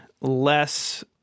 less